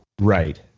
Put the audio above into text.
right